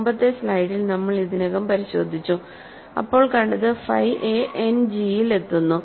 മുമ്പത്തെ സ്ലൈഡിൽ നമ്മൾ ഇതിനകം പരിശോധിച്ചുഅപ്പോൾ കണ്ടത് ഫൈ എ എൻഡ് ജിയിൽ എത്തുന്നു